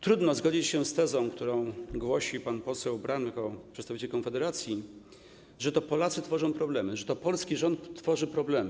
Trudno zgodzić się z tezą, którą głosi pan poseł Braun jako przedstawiciel Konfederacji, że to Polacy tworzą problemy, że to polski rząd tworzy problemy.